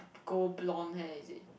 go blown hair is it